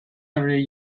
every